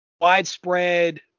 Widespread